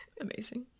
Amazing